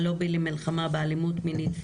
הלובי למלחמה באלימות מינית.